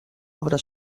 obra